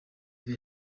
very